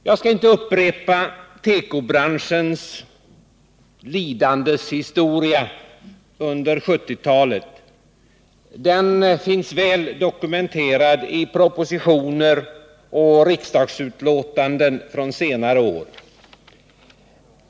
Jag skall inte upprepa tekobranschens lidandes historia under 1970-talet. Den finns väl dokumenterad i propositioner och riksdagsbetänkanden från senare år.